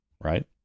Right